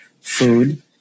food